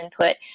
input